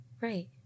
Right